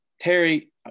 Terry